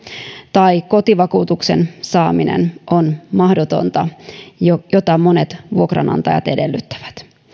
tai kotivakuutuksen saaminen jota monet vuokranantajat edellyttävät on mahdotonta